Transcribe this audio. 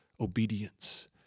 obedience